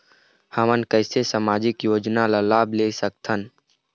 हमन कैसे सामाजिक योजना के लाभ ले सकथन?